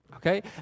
Okay